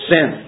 Sin